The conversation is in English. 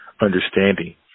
understanding